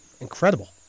incredible